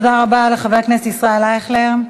תודה רבה לחבר הכנסת ישראל אייכלר.